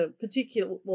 particular